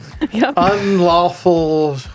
Unlawful